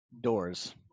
Doors